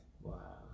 Wow